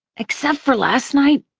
except for last night,